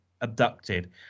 abducted